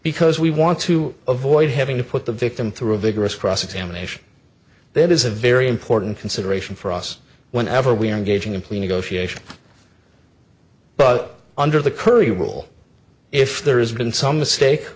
because we want to avoid having to put the victim through a vigorous cross examination that is a very important consideration for us whenever we are engaging in plea negotiations but under the current rule if there is been some mistake